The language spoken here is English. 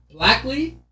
Blackley